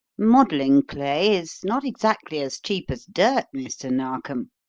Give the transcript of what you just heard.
modelling clay is not exactly as cheap as dirt, mr. narkom.